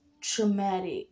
traumatic